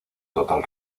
total